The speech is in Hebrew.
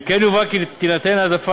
אני אתחיל